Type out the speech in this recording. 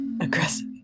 aggressive